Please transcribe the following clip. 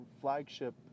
flagship